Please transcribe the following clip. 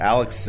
Alex